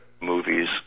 movies